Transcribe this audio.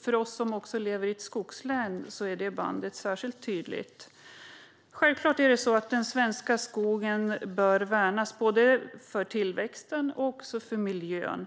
För oss som lever i ett skogslän är det bandet särskilt tydligt. Självklart är det så att den svenska skogen bör värnas, både för tillväxten och för miljön.